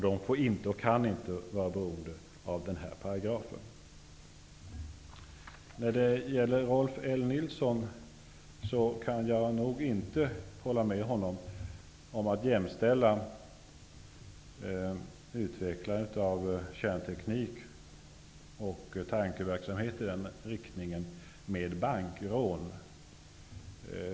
Den får inte vara och är inte beroende av denna paragraf. Jag kan inte hålla med Rolf L Nilsson när han jämställer utvecklandet av kärnteknik och tankeverksamhet i det avseendet med bankrån.